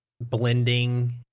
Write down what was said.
blending